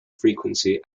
frequency